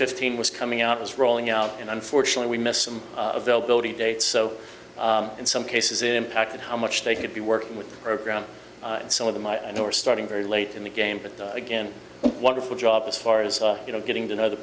fifteen was coming out was rolling out and unfortunately we missed some availability dates so in some cases it impacted how much they could be working with the program and some of them i know are starting very late in the game but again wonderful job as far as you know getting to know the